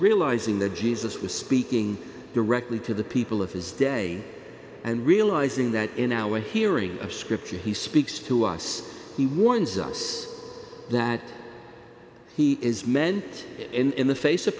realizing that jesus was speaking directly to the people of his day and realizing that in our hearing of scripture he speaks to us he warns us that he is meant in the face of